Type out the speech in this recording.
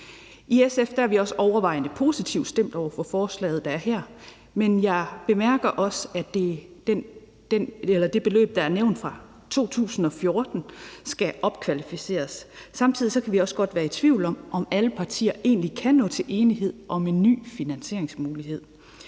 I SF er vi også overvejende positivt stemt over for forslaget her, men jeg bemærker også, at det beløb, der er nævnt, fra 2014, skal opjusteres. Samtidig kan vi også godt være i tvivl om, om alle partier egentlig kan nå til enighed om en ny finansieringsmulighed.